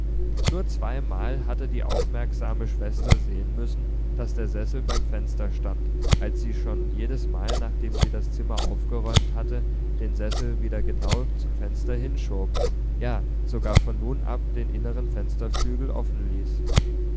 nur zweimal hatte die aufmerksame schwester sehen müssen daß der sessel beim fenster stand als sie schon jedesmal nachdem sie das zimmer aufgeräumt hatte den sessel wieder genau zum fenster hinschob ja sogar von nun ab den inneren fensterflügel offen ließ